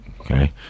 Okay